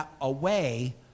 away